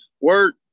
work